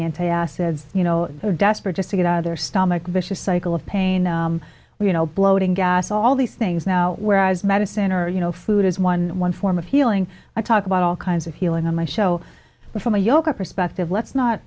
antacids you know desperate just to get out of their stomach vicious cycle of pain you know bloating gas all these things now whereas medicine or you know food is one one form of healing i talk about all kinds of healing on my show from a yoga perspective let's not